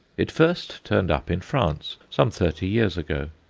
it first turned up in france some thirty years ago.